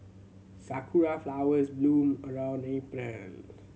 sakura flowers bloom around April